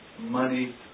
money